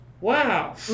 Wow